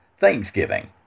Thanksgiving